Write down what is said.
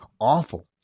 Awful